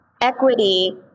equity